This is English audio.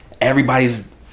everybody's